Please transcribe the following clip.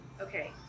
okay